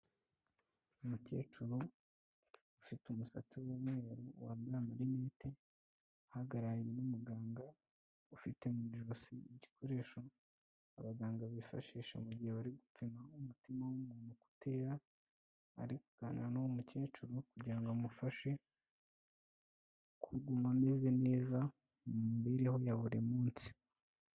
Umukecuru ufite umusatsi w'umweru, wambaye amarinete, ahagararanye n'umuganga ufite mu ijosi igikoresho abaganga bifashisha mu gihe bari gupima umutima w'umuntu uko utera ari kuganira n'uwo mukecuru kugira ngo amufashe kuguma ameze neza mu mibereho ya buri munsi.